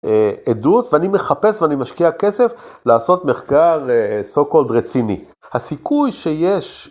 עדות ואני מחפש ואני משקיע כסף לעשות מחקר סו-קולד רציני. הסיכוי שיש